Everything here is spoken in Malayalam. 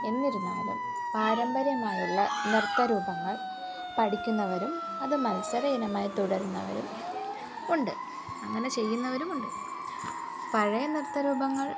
എന്നിരുന്നാലും പാരമ്പര്യമായുള്ള നൃത്തരൂപങ്ങൾ പഠിക്കുന്നവരും അത് മത്സരയിനമായി തുടരുന്നവരും ഉണ്ട് അങ്ങനെ ചെയ്യുന്നവരുമുണ്ട് പഴയ നൃത്തരൂപങ്ങൾ